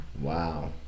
Wow